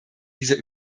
dieser